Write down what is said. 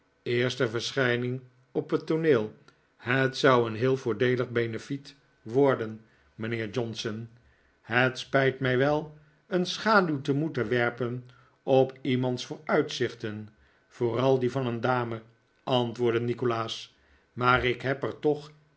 eerste verschijning op het tooneel het zou een heel voordeelig benefiet worden mijnheer johnson het spijt mij wel een schaduw te moeten werpen op iemands vooruitzichten vooral die van een dame antwoordde nikolaas maar ik heb er toch